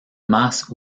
más